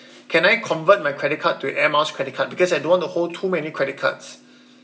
can I convert my credit card to air miles credit card because I don't want to hold too many credit cards